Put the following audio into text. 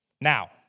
Now